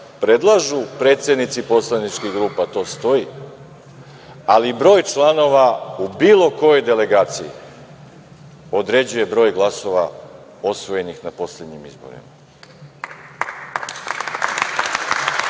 predlažu predsednici poslaničkih grupa, to stoji, ali broj članova u bilo kojoj delegaciju određuje broj glasova osvojenih na poslednjim izborima.